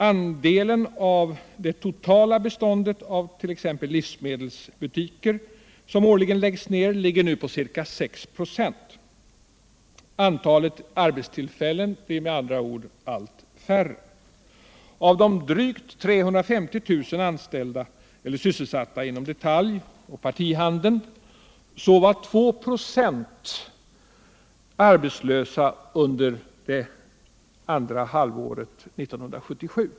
Andelen av det totala beståndet av t.ex. ivsmedelsbutiker som årligen läggs ned ligger nu på ca 6 26. Antalet arbetstillfällen blir med andra ord allt färre. Av de drygt 350 000 anställda eller sysselsatta inom detalj och partihandeln var 2". arbetslösa under det andra halvåret 1977.